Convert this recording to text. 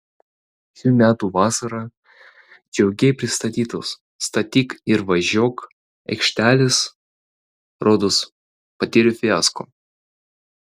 šių metų vasarą džiugiai pristatytos statyk ir važiuok aikštelės rodos patyrė fiasko